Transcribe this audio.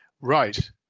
Right